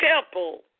temple